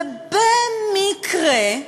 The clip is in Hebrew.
ובמקרה,